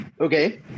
okay